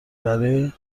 برای